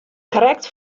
krekt